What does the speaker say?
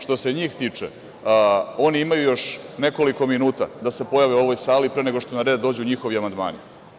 Što se njih tiče, oni imaju još nekoliko minuta da se pojave u ovoj sali, pre nego što na red dođu njihovi amandmani.